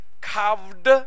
carved